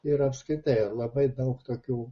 ir apskritai labai daug tokių